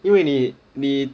因为你你